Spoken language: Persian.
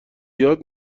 یاد